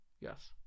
yes